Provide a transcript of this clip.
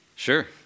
Sure